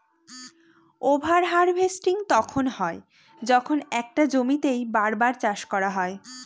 over harvesting তখন হয় যখন একটা জমিতেই বার বার চাষ করা হয়